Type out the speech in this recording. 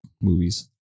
movies